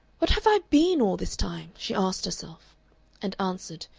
what have i been all this time? she asked herself and answered,